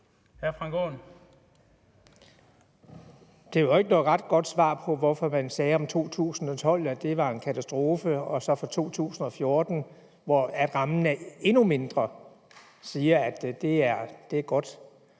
Frank Aaen (EL): Det var ikke noget ret godt svar på, hvorfor man sagde om 2012, at det var en katastrofe, og at man om 2014, hvor rammen er mindre, siger, at det er godt.